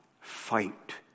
fight